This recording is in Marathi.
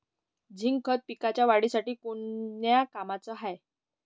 झिंक खत पिकाच्या वाढीसाठी कोन्या कामाचं हाये?